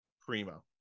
primo